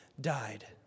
died